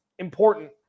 Important